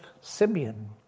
Simeon